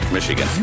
Michigan